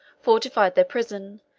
fortified their prison,